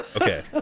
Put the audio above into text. okay